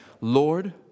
Lord